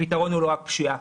הפתרון הוא לא הפשיעה.